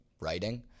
writing